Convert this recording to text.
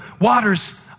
waters